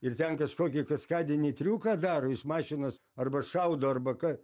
ir ten kažkokį kaskadinį triuką daro iš mašinos arba šaudo arba ką